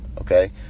okay